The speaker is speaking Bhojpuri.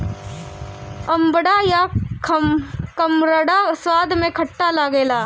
अमड़ा या कमरख स्वाद में खट्ट लागेला